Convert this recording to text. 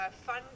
Fun